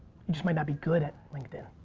you just might not be good at linkedin.